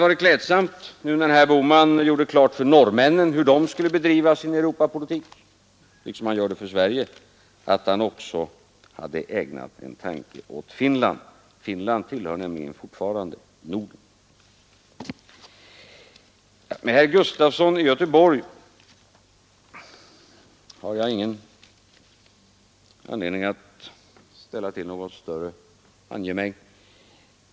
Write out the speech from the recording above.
När nu herr Bohman gjorde klart för norrmännen hur de skall bedriva sin Europapolitik — liksom han gör det för svenskarna — så hade det varit klädsamt om han också hade ägnat en tanke åt Finland. Finland tillhör nämligen fortfarande Norden. Med herr Gustafson i Göteborg har jag ingen anledning att ställa till något större handgemäng.